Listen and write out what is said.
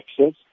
access